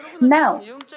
Now